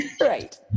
right